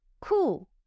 cool